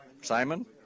Simon